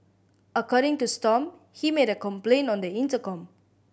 according to Stomp he made a complaint on the intercom